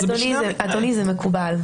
אדוני, זה מקובל.